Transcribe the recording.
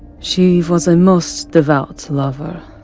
she was a most devout lover,